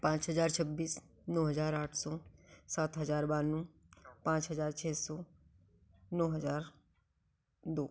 पाँच हजार छब्बीस नौ हजार आठ सौ सात हजार बानवे पाँच हजार छ सौ नौ हजार दो